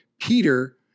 Peter